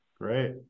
Great